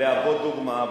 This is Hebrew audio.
להוות דוגמה,